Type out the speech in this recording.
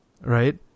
right